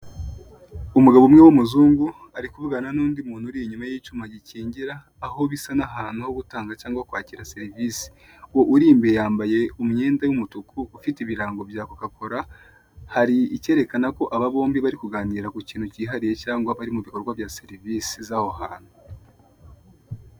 Umugabo umwe w'umuzungu ari kuvugana n'undi muntu uri inyuma y'icyuma gikingira, aho bisa n'ahantu ho gutanga cyangwa kwakira serivise. Uri imbere yambaye imyenda y'umutuku, ufite ibirango bya kokakora, hari icyerekana ko aba bombi bari kuganira ku kintu cyihariye cyangwa bari mu bikorwa bya serivise z'aho hantu.